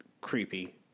Creepy